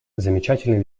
замечательные